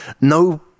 no